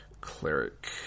cleric